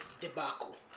debacle